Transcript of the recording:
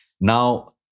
Now